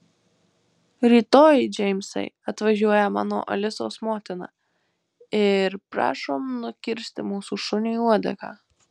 rytoj džeimsai atvažiuoja mano alisos motina ir prašom nukirsti mūsų šuniui uodegą